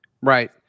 Right